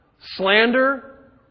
slander